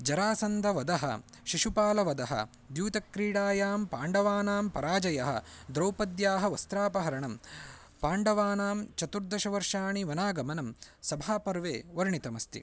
जरासन्दवधः शिशुपालवधः द्यूतक्रीडायां पाण्डवानां पराजयः द्रौपद्याः वस्त्रापहरणं पाण्डवानां चतुर्दश वर्षाणि वनागमनं सभापर्वे वर्णितमस्ति